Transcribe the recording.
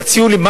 תציעו לי,